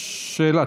היושב-ראש.